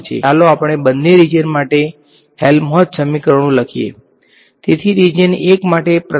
તેથી જો હું આ સમગ્ર x સમીકરણનો z કોમ્પોનંટ લઉં તો હું અહીં શુ મેળવીશ